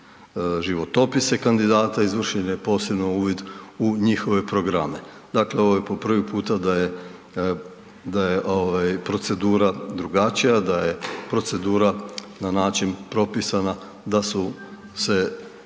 životopise kandidata, izvršen je posebno uvid u njihove programe. Dakle, ovo je po prvi puta da je procedura drugačija, da je procedura propisana na način